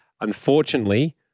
Unfortunately